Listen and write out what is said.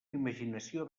imaginació